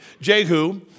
Jehu